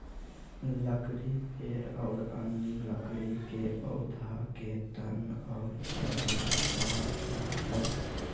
लकड़ी पेड़ और अन्य लकड़ी के पौधा के तन और जड़ में पाल जा हइ